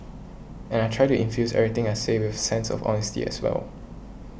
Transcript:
and I try to infuse everything I say with a sense of honesty as well